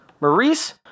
Maurice